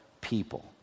people